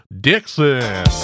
Dixon